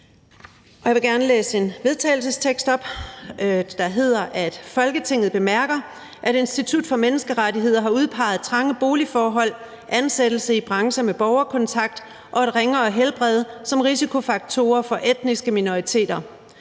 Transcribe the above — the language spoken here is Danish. Jeg vil gerne læse et forslag til vedtagelse op: Forslag til vedtagelse »Folketinget bemærker, at Institut for Menneskerettigheder har udpeget trange boligforhold, ansættelse i brancher med borgerkontakt og et ringere helbred som risikofaktorer for etniske minoriteter.